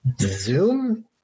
zoom